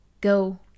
go